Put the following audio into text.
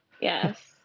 Yes